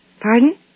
Pardon